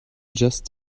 just